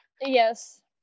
Yes